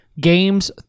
Games